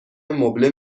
مبله